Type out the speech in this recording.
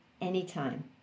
anytime